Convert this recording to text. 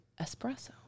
espresso